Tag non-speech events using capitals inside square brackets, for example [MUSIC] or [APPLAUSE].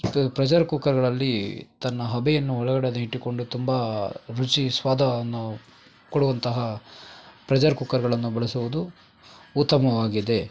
[UNINTELLIGIBLE] pressure ಕುಕ್ಕರ್ಗಳಲ್ಲಿ ತನ್ನ ಹಬೆಯನ್ನು ಒಳಗಡೆಯೆ ಇಟ್ಟುಕೊಂಡು ತುಂಬ ರುಚಿ ಸ್ವಾದವನ್ನು ಕೊಡುವಂತಹ ಪ್ರೆಝರ್ ಕುಕ್ಕರ್ಗಳನ್ನು ಬಳಸುವುದು ಉತ್ತಮವಾಗಿದೆ